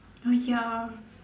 oh ya